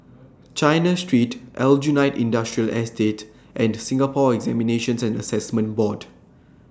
China Street Aljunied Industrial Estate and Singapore Examinations and Assessment Board